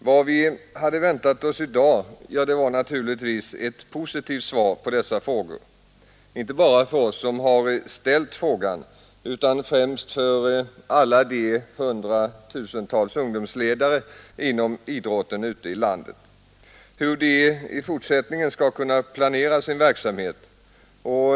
Vad vi hade väntat oss i dag — inte bara vi som ställt frågor utan främst alla de hundratusentals ungdomsledarna inom idrotten ute i landet var naturligtvis ett positivt svar på dessa frågor. Hur skall ungdomsledarna i fortsättningen kunna planera sin verksamhet?